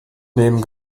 nehmen